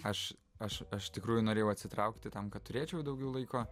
aš aš iš tikrųjų norėjau atsitraukti tam kad turėčiau daugiau laiko